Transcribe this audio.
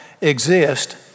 Exist